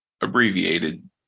abbreviated